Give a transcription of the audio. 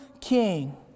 king